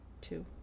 two